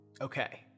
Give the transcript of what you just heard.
okay